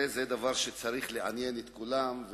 זה דבר שכנראה צריך לעניין את כולם.